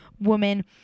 woman